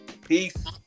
Peace